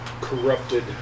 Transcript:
corrupted